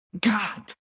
god